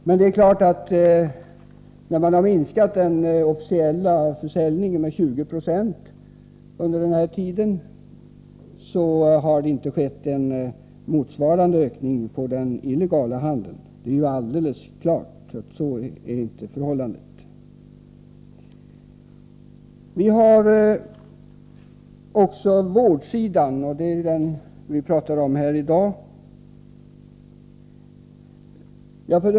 Den officiella försäljningen under den här tiden har minskat med 20 26, men det är helt klart att det inte har skett en motsvarande ökning av den illegala handeln. Det är alldeles klart att det förhåller sig så. Vi har också vårdsidan, och det är den vi talar om här i dag.